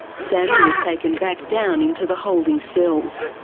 sammy was taken back down into the holding cells.